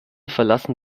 verlassen